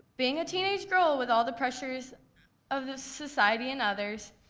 being a teenage girl with all the pressures of this society and others,